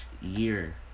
year